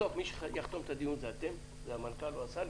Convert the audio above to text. בסוף מי שיחתום את הדיון זה אתם, המנכ"ל או השר.